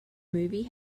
movie